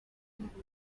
umuhungu